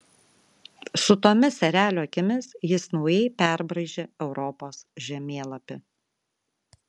su tomis erelio akimis jis naujai perbraižė europos žemėlapį